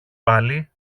πάλι